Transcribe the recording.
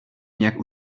nějak